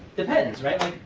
depends, right?